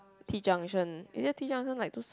T junction is it T junction like those